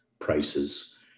Prices